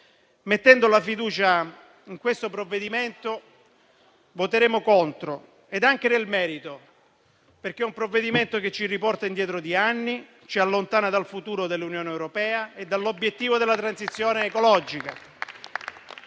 questione di fiducia sul provvedimento in esame. Voteremo dunque contro, anche nel merito, perché è un provvedimento che ci riporta indietro di anni, ci allontana dal futuro dell'Unione europea e dall'obiettivo della transizione ecologica